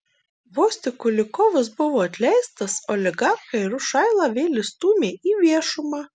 vos tik kulikovas buvo atleistas oligarchai rušailą vėl išstūmė į viešumą